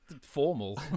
Formal